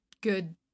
good